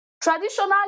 traditional